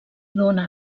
dóna